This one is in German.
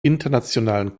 internationalen